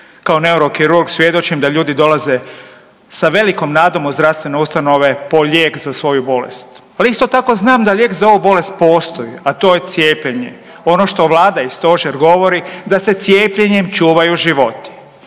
kao neurokirurg svjedočim da ljudi dolaze sa velikom nadom u zdravstvene ustanove po lijek za svoju bolest, ali isto tako znam da lijek za ovu bolest postoji, a to je cijepljenje. Ono što vlada i stožer govori da se cijepljenjem čuvaju životi